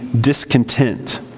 discontent